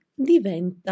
diventa